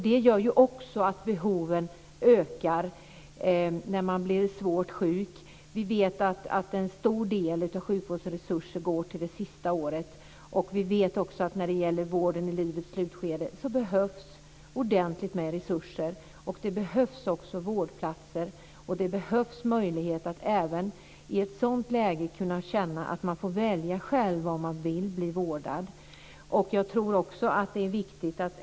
Det medför att behoven ökar när man blir svårt sjuk. Vi vet att en stor del av sjukvårdsresurserna går till det sista levnadsåret. Vi vet att det behövs ordentligt med resurser vid vården i livets slutskede. Det behövs vårdplatser, och det behövs en möjlighet att även i ett sådant läge kunna välja vård själv.